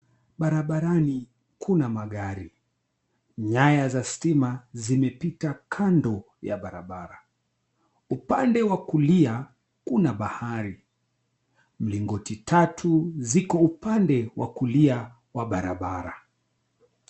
Barabarani kuna magari. Nyaya za stima zimepita kando ya barabara. Upande wa kulia kuna bahari. Mlingoti tatu ziko upande wa kulia wa barabara.